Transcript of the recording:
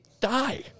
die